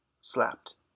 slapped